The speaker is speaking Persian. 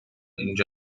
اینجا